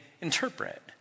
interpret